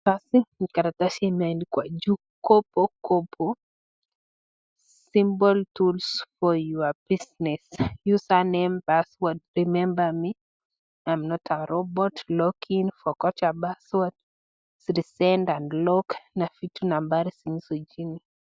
Hapa ni karatasi imeandikwa juu kopo kopo simple tools for your business user name password , remember me I'm not a robot, long in forget a password resend a log na vitu nambari zilizo chini chini.